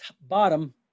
Bottom